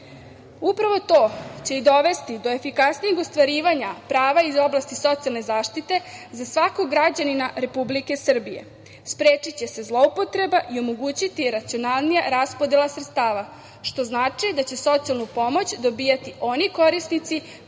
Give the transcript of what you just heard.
to će i dovesti do efikasnijeg ostvarivanja prava iz oblasti socijalne zaštite za svakog građanina Republike Srbije. Sprečiće se zloupotreba i omogućiti racionalnija raspodela sredstava, što znači da će socijalnu pomoć dobijati oni korisnici